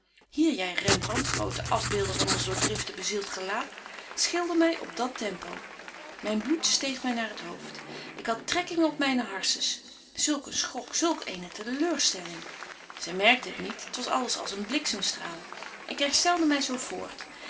jy rembrant grote afbeelder van ons door driften bezielt gelaat schilder my op dat tempo myn bloed steeg my naar t hoofd ik had trekkingen op myne harssens zulk een schok zulk eene teleurstelling zy merkte het niet t was alles als een blixemstraal ik herstelde my zo